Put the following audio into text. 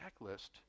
checklist